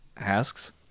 asks